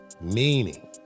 Meaning